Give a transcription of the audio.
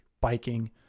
biking